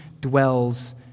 dwells